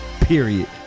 Period